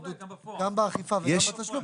גם באכיפה וגם בתשלום,